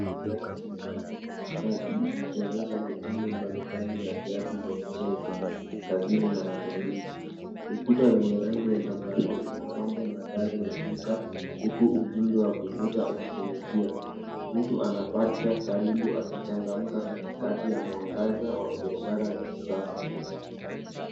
Kuna viatu zimepangwa kwa ustadi zikionyesha mitindo mbalimbali ya viatu za michezo kazini na matembezi. Ukuta wenye rangi ya zambarau unapamba mandhari ya duka huku ujumbe wa kuvuta ukinukia. Mtu anapata karibu akichangamka katikati ya mwangaza wa biashara ya kisasa.